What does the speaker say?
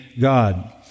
God